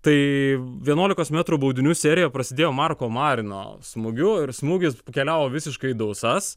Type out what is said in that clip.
tai vienuolikos metrų baudinių serija prasidėjo marko marino smūgiu ir smūgis keliavo visiškai į dausas